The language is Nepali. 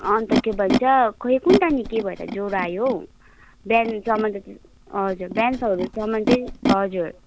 अन्त के भन्छ खोइ कोनि त अनि के भएर ज्वरो आयो हौ बिहानसम्म त हजुर बिहानहरूसम्म चाहिँ हजुर